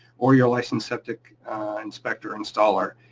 or your licensed septic inspector installer,